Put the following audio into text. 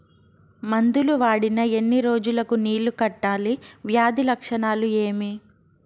మందులు వాడిన ఎన్ని రోజులు కు నీళ్ళు కట్టాలి, వ్యాధి లక్షణాలు ఏమి?